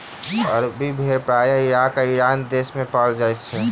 अरबी भेड़ प्रायः इराक आ ईरान देस मे पाओल जाइत अछि